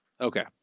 Okay